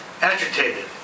agitated